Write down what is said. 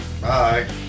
Bye